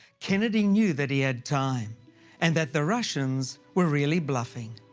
kennedy knew that he had time and that the russians were really bluffing.